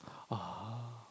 ah